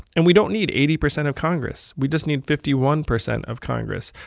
and we don't need eighty percent of congress. we just need fifty one percent of congress.